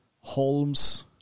Holmes